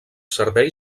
servei